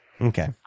Okay